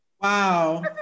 Wow